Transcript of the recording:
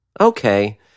Okay